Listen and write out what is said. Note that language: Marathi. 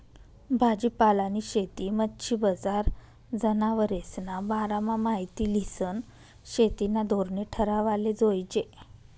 भाजीपालानी शेती, मच्छी बजार, जनावरेस्ना बारामा माहिती ल्हिसन शेतीना धोरणे ठरावाले जोयजे